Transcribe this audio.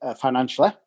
financially